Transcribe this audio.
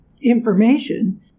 information